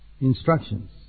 instructions